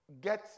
get